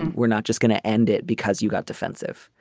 and we're not just going to end it because you got defensive.